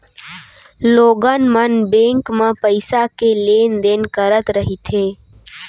लोगन मन बेंक म पइसा के लेन देन करत रहिथे